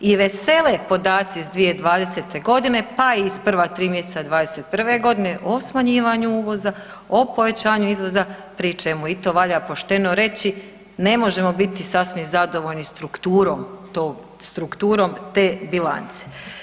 I vesele podaci 2020. godine, pa i iz prva 3 mjeseca '21. godine o smanjivanju uvoza, o povećanju izvoza pri čemu i to valja pošteno reći ne možemo biti sasvim zadovoljni strukturom tog, strukturom te bilance.